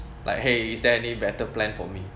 like !hey! is there any better plan for me